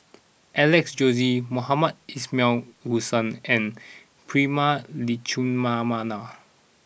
Alex Josey Mohamed Ismail Hussain and Prema Letchumanan